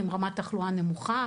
מדינות עם רמת תחלואה נמוכה.